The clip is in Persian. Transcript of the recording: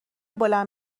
بلند